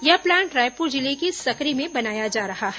यह प्लांट रायपुर जिले के सकरी में बनाया जा रहा है